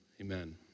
amen